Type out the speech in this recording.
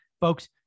Folks